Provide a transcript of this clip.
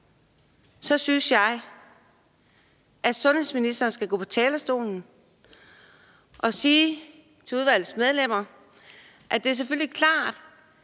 synes jeg, at sundheds- og ældreministeren skal gå på talerstolen og sige til udvalgets medlemmer, at det selvfølgelig er klart,